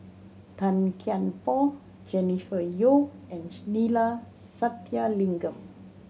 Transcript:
Tan Kian Por Jennifer Yeo and Neila Sathyalingam